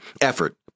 effort